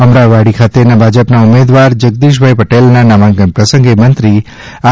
અમરાઈવાડી ખાતે ભાજપાના ઉમેદવાર શ્રી જગદીશભાઈ પટેલના નામાંકન પ્રસંગે મંત્રીશ્રી આર